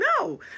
no